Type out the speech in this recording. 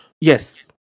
Yes